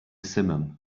simum